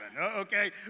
okay